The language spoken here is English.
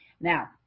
Now